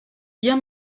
bien